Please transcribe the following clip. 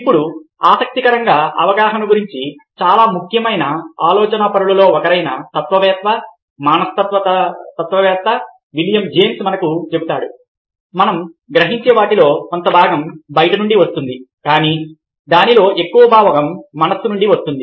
ఇప్పుడు ఆసక్తికరంగా అవగాహన గురించి చాలా ముఖ్యమైన ఆలోచనాపరులలో ఒకరైన తత్వవేత్త మనస్తత్వవేత్త విలియం జేమ్స్ మనకు చెబుతాడు మనం గ్రహించే వాటిలో కొంత భాగం బయటి నుండి వస్తుంది కానీ దానిలో ఎక్కువ భాగం మనస్సు నుండి వస్తుంది